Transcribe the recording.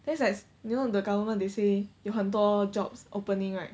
that's like you know the government they say 有很多 jobs opening right